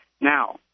Now